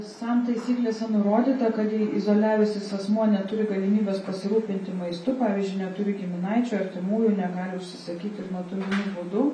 sam taisyklėse nurodyta kad jei izoliavęsis asmuo neturi galimybės pasirūpinti maistu pavyzdžiui neturi giminaičių artimųjų negali užsisakyti nuotoliniu būdu